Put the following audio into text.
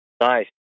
Nice